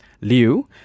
Liu